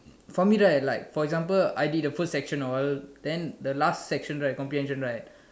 for me right like for example I did the first section all then the last section right comprehension right